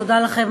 תודה לך,